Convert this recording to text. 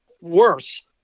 worse